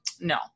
No